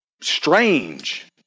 strange